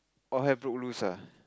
all hell broke loose ah